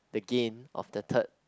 the gain of the third